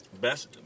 Best